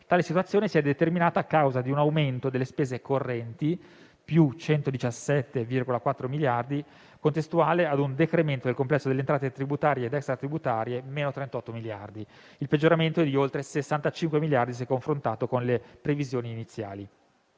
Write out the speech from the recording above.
Tale situazione si è determinata a causa di un aumento delle spese correnti, pari a +117,4 miliardi di euro, contestuale ad un decremento del complesso delle entrate tributarie ed extra-tributarie, pari a -38 miliardi di euro. Il peggioramento è di oltre 65 miliardi di euro se confrontato con le previsioni iniziali.